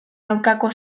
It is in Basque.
aurkako